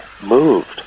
moved